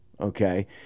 okay